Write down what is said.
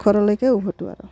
ঘৰলৈকে উভটো আৰু